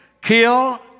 kill